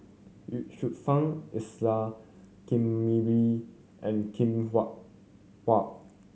Ye Shufang Isa Kamari and Hwee Hua